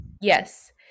Yes